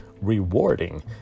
rewarding